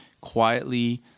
quietly